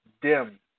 dim